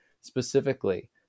specifically